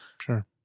Sure